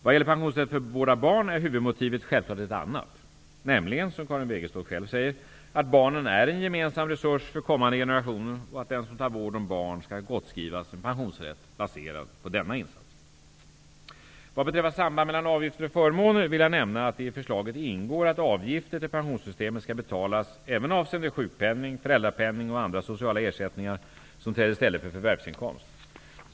Vad gäller pensionsrätt för vård av barn är huvudmotivet självklart ett annat, nämligen, som Karin Wegestål själv säger, att barnen är en gemensam resurs för kommande generationer och att den som tar vård om barn skall gottskrivas en pensionsrätt baserad på denna insats. Vad beträffar samband mellan avgifter och förmåner vill jag nämna att det i förslaget ingår att avgifter till pensionssystemet skall betalas även avseende sjukpenning, föräldrapenning och andra sociala ersättningar som träder i stället för förvärvsinkomst.